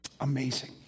Amazing